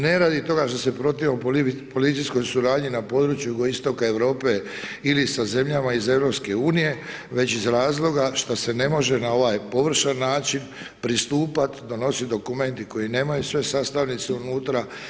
Ne radi toga što se protivimo policijskom suradnji na području jugoistoka Europe ili sa zemljama iz EU, već iz razloga, što se ne može na ovaj ovršni način, pristupati, donositi dokumenti koji nemaju sve sastavnice unutra.